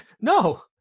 No